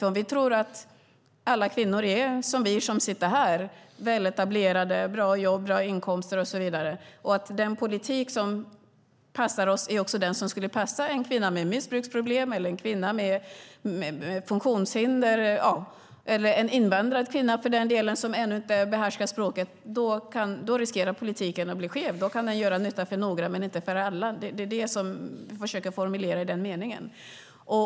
Om vi tror att alla kvinnor är som vi som sitter här - är väletablerade, har bra jobb och bra inkomster och så vidare - och att den politik som passar oss också är den som skulle passa en kvinna med missbruksproblem, en kvinna med funktionshinder eller en invandrad kvinna, för den delen, som ännu inte behärskar språket riskerar politiken att bli skev. Då kan den göra nytta för några men inte för alla. Det är det som jag försöker formulera i den meningen.